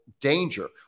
danger